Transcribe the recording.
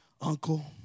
uncle